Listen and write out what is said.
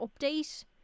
update